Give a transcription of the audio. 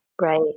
Right